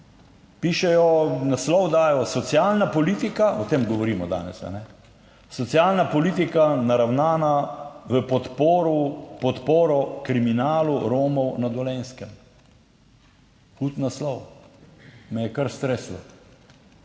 vaj –, naslov dajo socialna politika, o tem govorimo danes, Socialna politika, naravnana v podporo kriminalu Romov na Dolenjskem. Hud naslov, me je kar streslo.